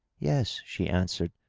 yes she answered.